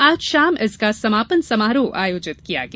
आज शाम इसका समापन समारोह आयोजित किया गया